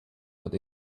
but